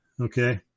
Okay